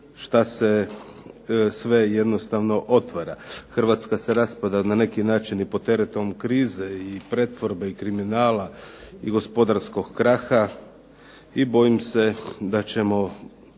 što se sve jednostavno otvara. Hrvatska se raspada, na neki način i pod teretom krize i pretvorbe i kriminala i gospodarskog kraha i bojim se da ćemo